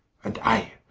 and i,